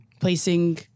placing